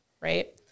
right